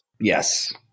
Yes